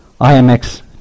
IMX